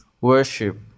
Worship